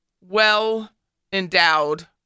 well-endowed